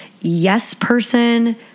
yes-person